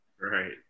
Right